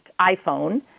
iPhone